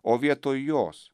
o vietoj jos